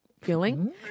feeling